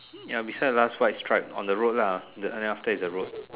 ya beside the last white stripe on the road lah then after that is the road